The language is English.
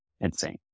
insane